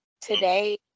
today